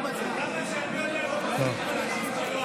עד כמה שאני יודע, לא מוסיפים אנשים שלא היו.